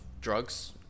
drugs